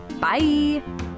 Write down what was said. bye